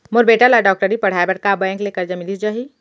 मोर बेटा ल डॉक्टरी पढ़ाये बर का बैंक ले करजा मिलिस जाही?